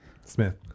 Smith